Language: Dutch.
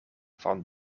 van